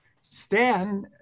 Stan